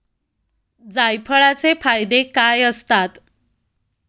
जायफळाचे फायदे काय असतात?